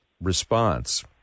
response